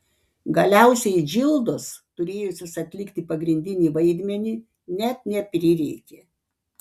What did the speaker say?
galiausiai džildos turėjusios atlikti pagrindinį vaidmenį net neprireikė